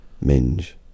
Minge